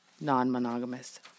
non-monogamous